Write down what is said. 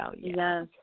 yes